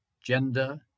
gender